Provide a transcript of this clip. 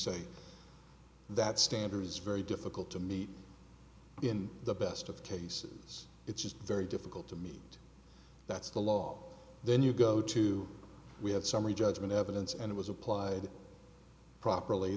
say that standard is very difficult to meet in the best of cases it's just very difficult to meet that's the law then you go to we have summary judgment evidence and it was applied properly